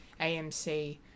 AMC